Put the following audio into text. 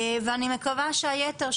ואני מקווה שהיתר,